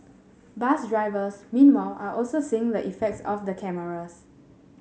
bus drivers meanwhile are also seeing the effects of the cameras